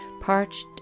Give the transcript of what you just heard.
parched